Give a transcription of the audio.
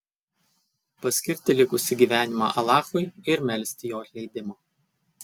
paskirti likusį gyvenimą alachui ir melsti jo atleidimo